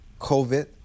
COVID